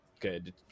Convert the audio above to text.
good